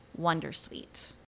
Wondersuite